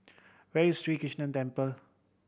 where is Sri Krishnan Temple